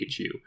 Pikachu